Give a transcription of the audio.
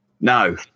No